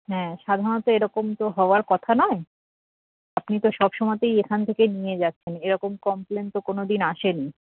হ্যাঁ সাধারাণত এরকম তো হওয়ার কথা নয় আপনি তো সব সময়তেই এখান থেকেই নিয়ে যাচ্ছেন এরকম কমপ্লেন তো কোনোদিন আসে নি